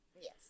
Yes